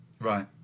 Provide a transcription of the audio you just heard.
right